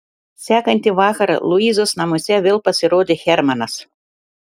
sekantį vakarą luizos namuose vėl pasirodė hermanas